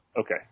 Okay